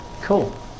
cool